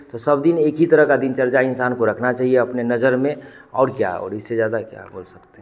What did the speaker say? तो सब दिन एक ही तरह का दिनचर्या इंसान को रखना चहिए अपने नज़र में और क्या और इससे ज़्यादा क्या बोल सकते हैं